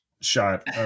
shot